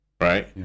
Right